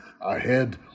ahead